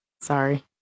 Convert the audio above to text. Sorry